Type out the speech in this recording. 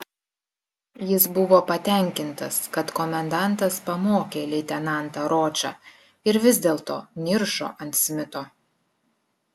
jis buvo patenkintas kad komendantas pamokė leitenantą ročą ir vis dėlto niršo ant smito